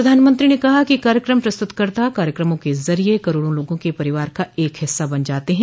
प्रधानमंत्री ने कहा कि कार्यक्रम प्रस्तुतकर्ता कार्यक्रमों के जरिए करोडों लोगों के परिवार का एक हिस्सा बन जाते हैं